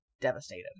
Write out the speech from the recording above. devastated